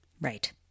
Right